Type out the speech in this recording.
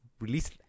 release